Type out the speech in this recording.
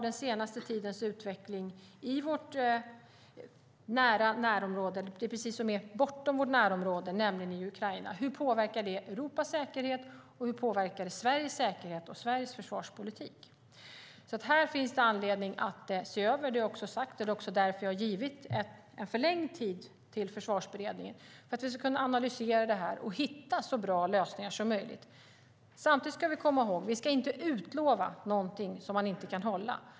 Den senaste tidens utveckling i vårt nära närområde - det som är precis bortom vårt närområde, nämligen Ukraina - hur påverkar det Europas säkerhet, och hur påverkar det Sveriges säkerhet och försvarspolitik? Det finns det anledning att se över. Det har jag också sagt, och jag har givit förlängd tid till Försvarsberedningen för att vi ska kunna analysera det här och hitta så bra lösningar som möjligt. Samtidigt ska vi komma ihåg att man inte ska utlova någonting som man inte kan hålla.